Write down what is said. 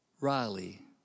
Riley